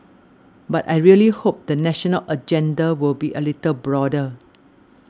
but I really hope the national agenda will be a little broader